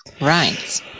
Right